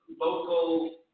local